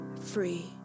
free